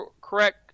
correct